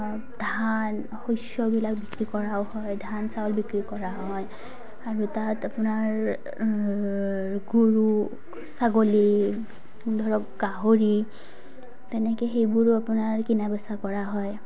ধান শস্যবিলাক বিক্ৰী কৰাও হয় ধান চাউল বিক্ৰী কৰা হয় আৰু তাত আপোনাৰ গৰু ছাগলী ধৰক গাহৰি তেনেকৈ সেইবোৰো আপোনাৰ কিনা বেচা কৰা হয়